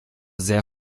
sehr